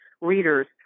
readers